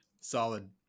Solid